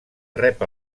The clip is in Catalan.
rep